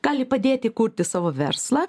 gali padėti kurti savo verslą